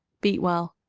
beat well.